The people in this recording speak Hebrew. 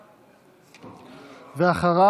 ואחריו?